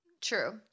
True